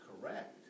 correct